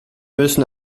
müssen